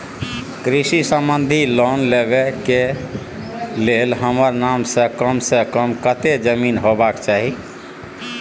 कृषि संबंधी लोन लेबै के के लेल हमरा नाम से कम से कम कत्ते जमीन होबाक चाही?